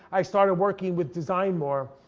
i started working with design more.